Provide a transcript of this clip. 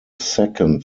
second